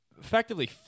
effectively